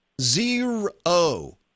zero